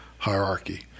hierarchy